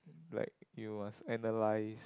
like it was analyzed